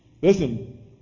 Listen